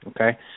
okay